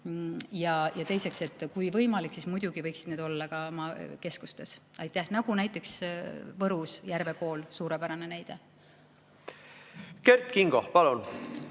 Ja teiseks, kui võimalik, siis muidugi võiksid need olla keskustes. Nagu näiteks Võru Järve Kool, suurepärane näide. Kert Kingo, palun!